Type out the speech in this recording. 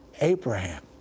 Abraham